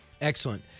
Excellent